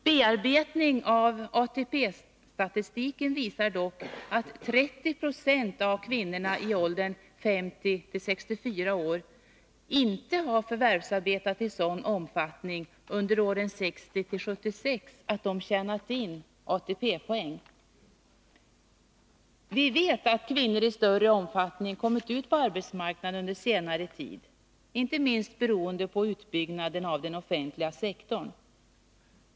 Bearbetning av ATP-statistiken visar dock att 30 26 av sådana kvinnor i åldern 50-64 år inte har förvärvsarbetat i sådan omfattning under åren 1960-1976 att de tjänat in ATP-poäng. Vi vet att kvinnor i större omfattning kommit ut på arbetsmarknaden under senare tid, inte minst beroende på utbyggnaden av den offentliga sektorn.